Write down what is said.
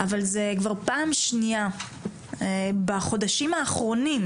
אבל זה כבר פעם שנייה בחודשים האחרונים,